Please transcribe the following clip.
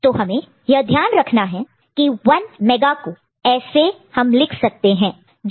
तो हमें ध्यान रखना है की 1 मेगा को हम ऐसे लिखते हैं